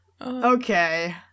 Okay